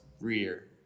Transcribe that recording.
rear